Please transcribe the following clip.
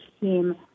team